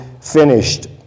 finished